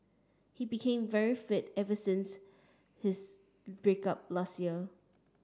he became very fit ever since his break up last year